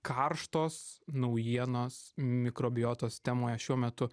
karštos naujienos mikrobiotos temoje šiuo metu